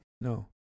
No